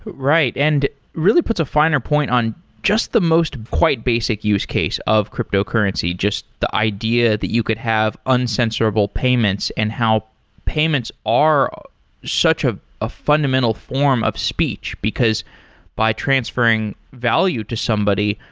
right, and really puts a finer point on just the most quite basic use case of cryptocurrency, just the idea that you could have uncensorable payments and how payments are such a fundamental form of speech, because by transferring value to somebody,